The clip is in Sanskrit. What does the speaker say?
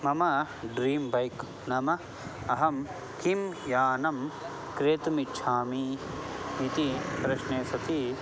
मम ड्रीम् बैक् नाम अहं किं यानं क्रेतुम् इच्छामि इति प्रश्ने सति